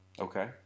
Okay